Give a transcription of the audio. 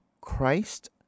Christ